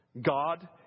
God